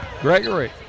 Gregory